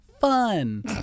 fun